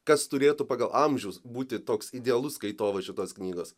kas turėtų pagal amžius būti toks idealus skaitovas šitos knygos